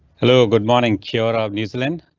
hello, good morning kiera new zealand.